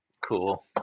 cool